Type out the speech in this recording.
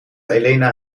elena